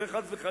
זה, חס וחלילה.